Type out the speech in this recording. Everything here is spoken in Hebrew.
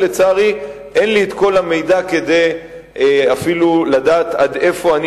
ולצערי אין לי כל המידע אפילו כדי לדעת עד איפה אני